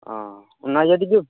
ᱚ ᱚᱱᱟᱜᱮ ᱰᱤᱜᱟᱹᱱ